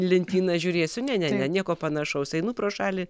lentyną žiūrėsiu ne ne ne nieko panašaus einu pro šalį